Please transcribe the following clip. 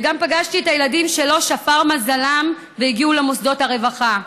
וגם פגשתי את הילדים שלא שפר מזלם והגיעו למוסדות רווחה.